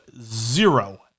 zero